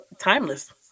timeless